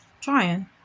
Trying